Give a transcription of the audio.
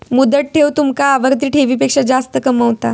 मुदत ठेव तुमका आवर्ती ठेवीपेक्षा जास्त कमावता